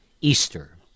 easter